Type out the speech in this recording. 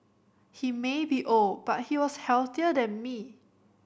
he may be old but he was healthier than me